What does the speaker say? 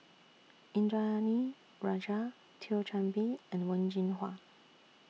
Indranee Rajah Thio Chan Bee and Wen Jinhua